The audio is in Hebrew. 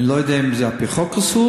אני לא יודע אם זה על-פי חוק אסור,